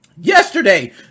Yesterday